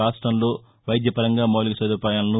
రాష్టంలో వైద్యపరంగా మౌలిక సదుపాయాలను